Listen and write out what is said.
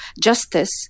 justice